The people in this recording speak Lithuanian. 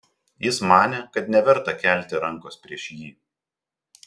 jis manė kad neverta kelti rankos prieš jį